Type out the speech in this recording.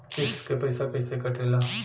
किस्त के पैसा कैसे कटेला?